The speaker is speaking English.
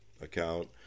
account